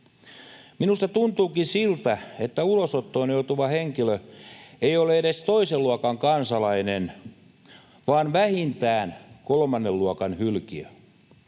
Minusta tuntuukin siltä, että ulosottoon joutuva henkilö ei ole edes toisen luokan kansalainen vaan vähintään kolmannen luokan hylkiö,